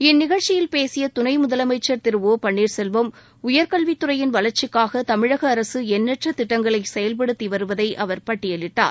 இந்நிகழ்ச்சியில் பேசிய துணை முதலமைச்சர் திரு ஒபன்ளீர்செல்வம் உயர்கல்வித்துறையின் வளர்ச்சிக்காக தமிழக அரசு எண்ணற்ற திட்டங்களை செயல்படுத்தி வருவதை அவர் பட்டியலிட்டார்